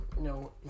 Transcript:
No